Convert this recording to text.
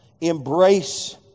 embrace